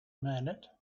minute